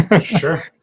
Sure